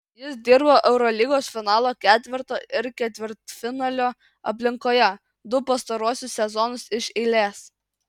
jis dirbo eurolygos finalo ketverto ir ketvirtfinalio aplinkoje du pastaruosius sezonus iš eilės